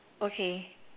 okay